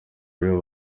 rero